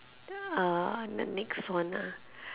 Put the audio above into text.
uh the next one ah